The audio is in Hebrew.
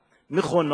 בבקשה,